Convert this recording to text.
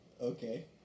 Okay